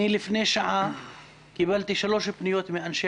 אני לפני שעה קיבלתי שלוש פניות מאנשי